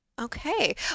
Okay